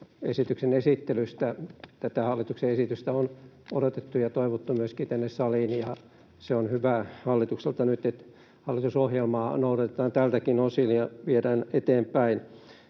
esityksen esittelystä. Tätä hallituksen esitystä on odotettu ja toivottu myöskin tänne saliin, ja on hyvä hallitukselta, että hallitusohjelmaa noudatetaan nyt tältäkin osin ja viedään eteenpäin.